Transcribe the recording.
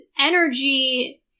energy